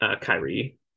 Kyrie